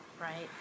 right